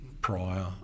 prior